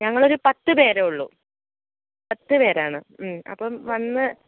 ഞങ്ങളൊരു പത്തു പേരെ ഉള്ളൂ പത്ത് പേരാണ് അപ്പോൾ വന്ന്